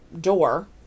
door